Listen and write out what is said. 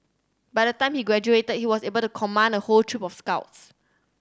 by the time he graduated he was able to command a whole troop of scouts